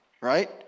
right